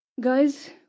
Guys